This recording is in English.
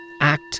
act